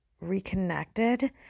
reconnected